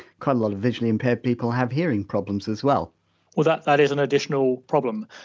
kind of lot of visually impaired people have hearing problems as well well, that that is an additional problem.